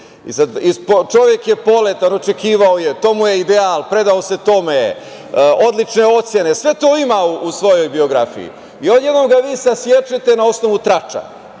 je poletan, očekivao je, to mu je ideal, predao se tome, odlične ocene, sve to ima u svojoj biografiji i odjednom ga vi sasečete na osnovu trača.